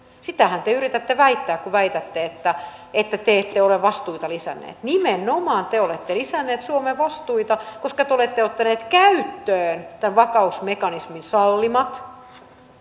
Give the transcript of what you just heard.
sitähän te yritätte väittää kun väitätte että että te ette ole vastuita lisänneet nimenomaan te olette lisänneet suomen vastuita koska te olette ottaneet käyttöön tämän vakausmekanismin sallimat